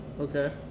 Okay